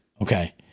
Okay